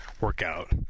workout